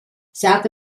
south